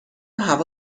هوا